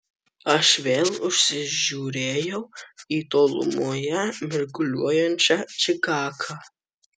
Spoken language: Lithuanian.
aš vėl užsižiūrėjau į tolumoje mirguliuojančią čikagą